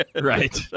Right